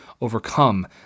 overcome